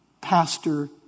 Pastor